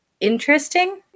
interesting